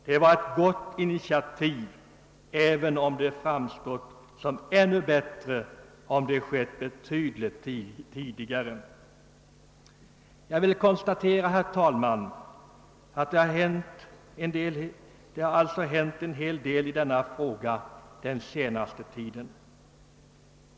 Det var ett gott initiativ, även om det framstått som ännu bättre om det skett betydligt tidigare. Jag vill konstatera, herr talman, att det alltså har skett en hel del i denna fråga den senaste tiden.